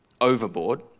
overboard